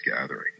gathering